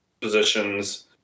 positions